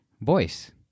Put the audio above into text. voice